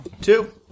Two